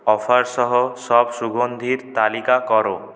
offer সহ সব সুগন্ধির তালিকা কর